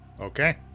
Okay